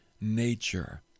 nature